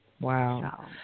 Wow